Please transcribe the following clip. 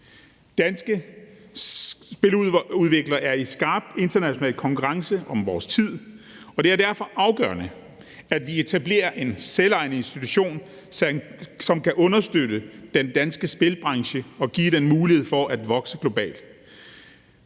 Danske spiludviklere er i skarp international konkurrence om vores tid, og det er derfor afgørende, at vi etablerer en selvejende institution, som kan understøtte den danske spilbranche og give den mulighed for at vokse globalt.